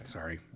Sorry